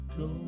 go